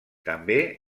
també